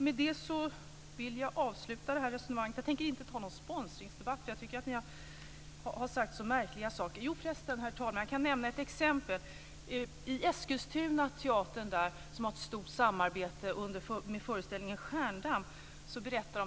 Med det vill jag avsluta det här resonemanget. Jag tänker inte ta upp någon sponsringsdebatt, eftersom jag tycker att ni har sagt så märkliga saker. Jo, förresten, herr talman! Jag kan nämna ett exempel. På teatern i Eskilstuna pågår ett stort samarbete kring föreställningen Stjärndamm.